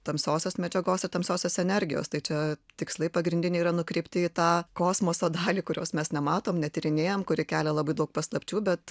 tamsiosios medžiagos ir tamsiosios energijos tai čia tikslai pagrindiniai yra nukreipti į tą kosmoso dalį kurios mes nematom netyrinėjam kuri kelia labai daug paslapčių bet